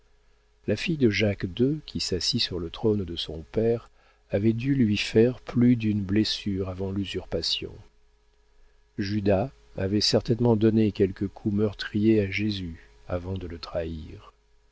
la fille de jacques ii qui s'assit sur le trône de son père avait dû lui faire plus d'une blessure avant l'usurpation judas avait certainement donné quelque coup meurtrier à jésus avant de le trahir